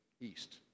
East